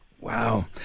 Wow